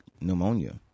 pneumonia